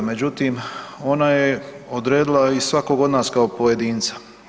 Međutim, ona je odredila i svakog od nas kao pojedinca.